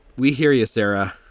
we hear you, sarah.